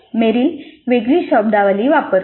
Merrill वेगळी शब्दावली वापरतो